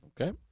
Okay